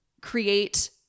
create